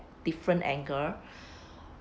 different angle